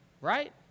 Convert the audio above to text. Right